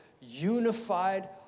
unified